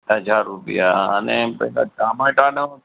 હજાર રૂપિયા અને પેલાં ટામેટાંનાં